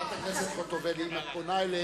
חברת הכנסת חוטובלי, אם את פונה אליהם,